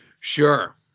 Sure